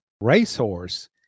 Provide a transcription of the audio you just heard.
racehorse